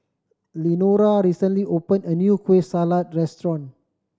Lenora recently open a new Kueh Salat restaurant